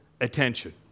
attention